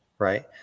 Right